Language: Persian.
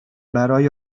برای